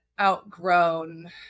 outgrown